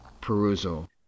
perusal